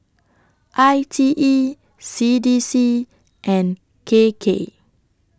I T E C D C and K K